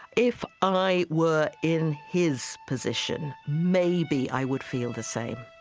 if i were in his position, maybe i would feel the same